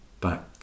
back